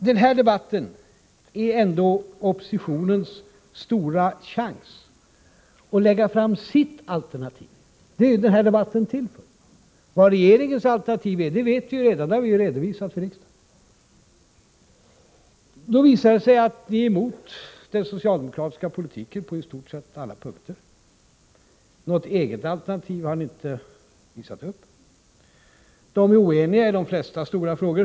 Den här debatten är oppositionens stora chans att lägga fram sitt alternativ. Det är ju detta den här debatten är till för. Vad regeringens alternativ är vet vi redan. Det har vi redovisat för riksdagen. Det visar sig att ni är emot den socialdemokratiska politiken på i stort sett alla punkter. Något eget alternativ har ni inte visat upp. De borgerliga partierna är oeniga i de flesta stora frågor.